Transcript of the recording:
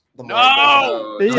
No